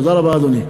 תודה רבה, אדוני.